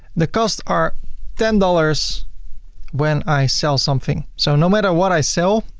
the costs are ten dollars when i sell something. so no matter what i sell,